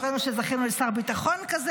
גם אשרינו שזכינו לשר ביטחון כזה,